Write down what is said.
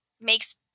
makes